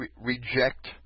reject